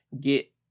get